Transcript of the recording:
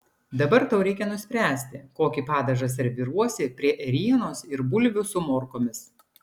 dabar tau reikia nuspręsti kokį padažą serviruosi prie ėrienos ir bulvių su morkomis